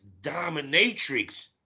dominatrix